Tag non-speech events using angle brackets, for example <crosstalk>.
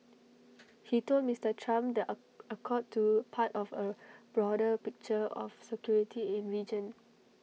<noise> he told Mister Trump the A accord to part of A <noise> broader picture of security in region